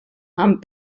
amb